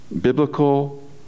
biblical